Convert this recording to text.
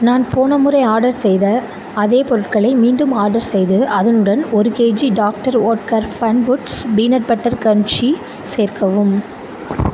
நான் போன முறை ஆடர் செய்த அதே பொருட்களை மீண்டும் ஆடர் செய்து அதனுடன் ஒரு KG doctor Oetker fun foods peanut butter crunchy சேர்க்கவும்